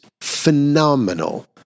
phenomenal